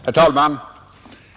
Herr talman!